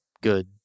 good